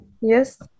yes